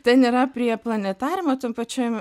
ten yra prie planetariumo tam pačiam